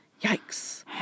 Yikes